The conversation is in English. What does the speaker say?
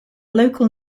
local